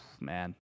man